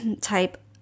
type